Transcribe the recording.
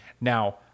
Now